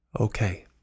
Okay